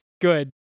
good